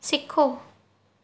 ਸਿੱਖੋ